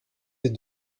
est